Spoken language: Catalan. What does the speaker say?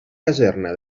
caserna